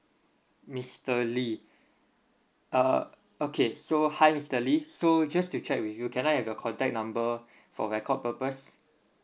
mister lee uh okay so hi mister lee so just to check with you can I have your contact number for record purpose